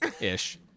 ish